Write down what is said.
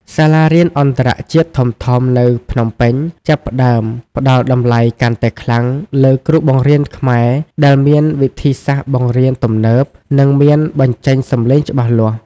សាលារៀនអន្តរជាតិធំៗនៅភ្នំពេញចាប់ផ្តើមផ្តល់តម្លៃកាន់តែខ្លាំងលើគ្រូបង្រៀនខ្មែរដែលមានវិធីសាស្ត្របង្រៀនទំនើប និងមានបញ្ចេញសំឡេងច្បាស់លាស់។